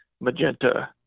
magenta